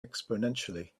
exponentially